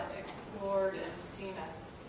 explored and seen as